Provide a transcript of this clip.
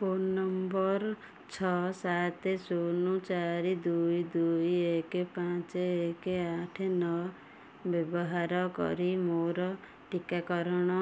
phone number ଛଅ ସାତ ଶୂନ ଚାରି ଦୁଇ ଦୁଇ ଏକ ପାଞ୍ଚ ଏକ ଆଠ ନଅ ବ୍ୟବହାର କରି ମୋର ଟିକାକରଣ